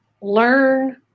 learn